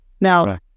Now